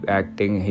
acting